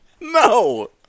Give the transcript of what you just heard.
No